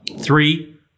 three